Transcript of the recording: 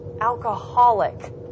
alcoholic